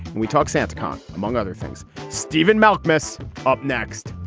we talk santacon, among other things. stephen malkmus up next